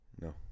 No